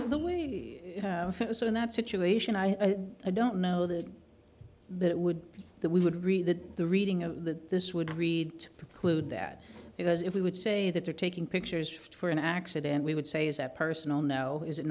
the way so in that situation i don't know that it would be that we would read that the reading of the this would read to preclude that because if we would say that they're taking pictures for an accident we would say is that personal no is it